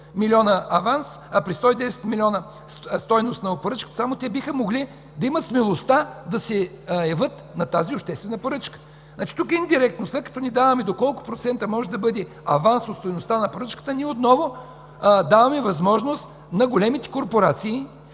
процент – 2%, при 110 милиона стойност на поръчката биха могли да имат смелостта да се явят на тази обществена поръчка. Тук индиректно, след като не фиксираме до колко процента може да бъде авансът от стойността на поръчката, ние отново даваме възможност на големите корпорации,